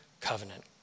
covenant